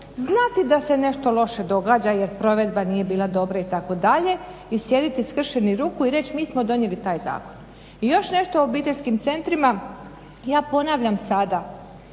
znati da se nešto loše događa jer provedba nije bila dobra itd. i sjediti skršenih ruku i reći mi smo donijeli taj zakon. I još nešto o obiteljskim centrima. Ja ponavljam sada.